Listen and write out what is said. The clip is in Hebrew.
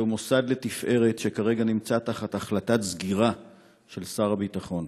זהו מוסד לתפארת שכרגע נמצא תחת החלטת סגירה של שר הביטחון.